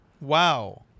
Wow